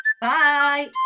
bye